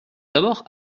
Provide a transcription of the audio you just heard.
d’abord